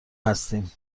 هستیم